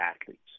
athletes